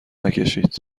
نکشید